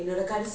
ya